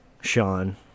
Sean